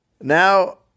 Now